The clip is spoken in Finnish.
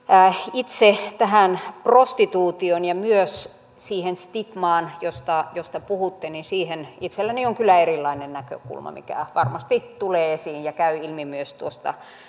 itse tähän prostituutioon ja myös siihen stigmaan josta josta puhuitte itselläni on kyllä erilainen näkökulma mikä varmasti tulee esiin ja käy ilmi myös tuosta